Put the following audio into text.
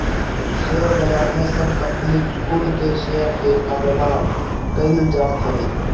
share बाजार में सब कंपनी कुल के शेयर के कारोबार कईल जात हवे